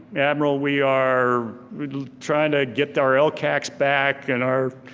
admiral, we are trying to get our lcacs back and our